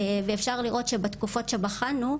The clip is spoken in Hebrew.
אפשר לראות שבתקופות שבחנו,